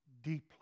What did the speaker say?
deeply